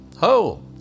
ho